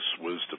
wisdom